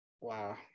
wow